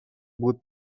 بود